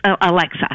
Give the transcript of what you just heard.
Alexa